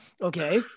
Okay